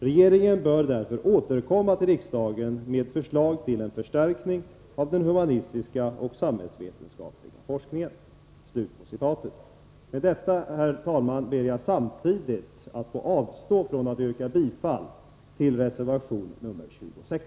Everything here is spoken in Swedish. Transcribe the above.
Regeringen bör därför återkomma till riksdagen med förslag till en förstärkning av den humanistiska och samhällsvetenskapliga forskningen. Med detta, herr talman, ber jag samtidigt att få dra tillbaka mitt yrkande om bifall till reservation 26.